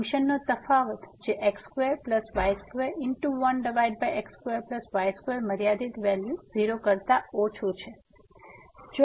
function નો તફાવત જે x2y21x2y2 મર્યાદિત વેલ્યુ 0 કરતા ઓછું છે